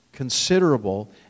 considerable